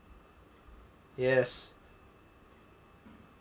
yes